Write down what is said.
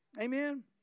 Amen